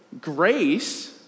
grace